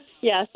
Yes